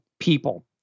people